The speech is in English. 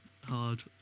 hard